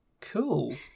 Cool